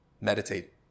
meditate